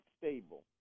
stable